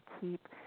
keep